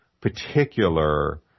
particular